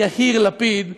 יהיר לפיד,